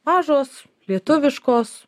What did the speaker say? mažos lietuviškos